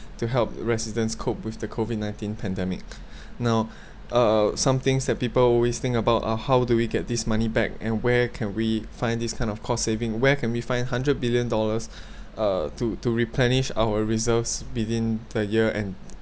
to help the residents cope with the COVID nineteen pandemic now uh some things that people always think about are how do we get this money back and where can we find this kind of cost saving where can we find hundred billion dollars uh to to replenish our reserves within the year end